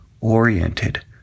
oriented